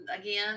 again